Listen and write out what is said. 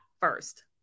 first